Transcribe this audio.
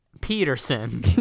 Peterson